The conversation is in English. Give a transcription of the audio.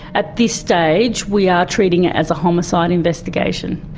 at this stage we are treating it as a homicide investigation.